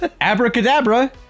Abracadabra